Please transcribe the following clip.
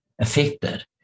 affected